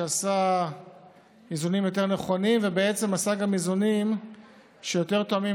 שעשה איזונים יותר נכונים ובעצם עשה איזונים שגם יותר תואמים